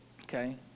okay